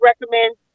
recommend